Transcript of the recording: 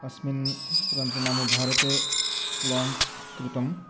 अस्मिन् प्रान्ते नाम भारते लाञ्च् कृतम्